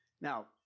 Now